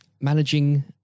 managing